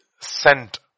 sent